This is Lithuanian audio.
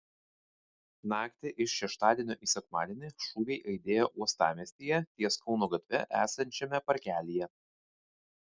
naktį iš šeštadienio į sekmadienį šūviai aidėjo uostamiestyje ties kauno gatve esančiame parkelyje